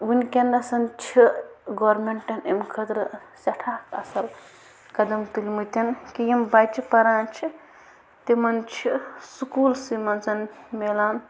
وٕنۍکٮ۪نَس چھِ گورمٮ۪نٛٹَن امہِ خٲطرٕ سٮ۪ٹھاہ اَصٕل قدم تُلۍمٕتۍ کہِ یِم بَچہٕ پَران چھِ تِمَن چھِ سکوٗلسٕے مںٛز مِلان